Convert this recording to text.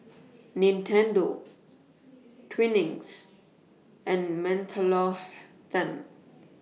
Nintendo Twinings and Mentholatum